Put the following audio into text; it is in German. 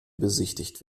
besichtigt